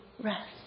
rest